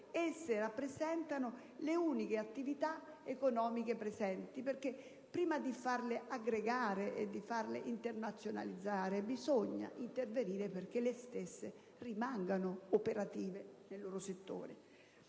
esse rappresentano le uniche attività economiche presenti, perché prima di farle aggregare e internazionalizzare, bisogna intervenire perché le stesse rimangano operative nel loro settore.